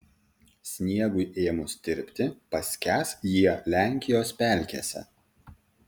sniegui ėmus tirpti paskęs jie lenkijos pelkėse